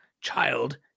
Child